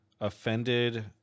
offended